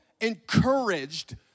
encouraged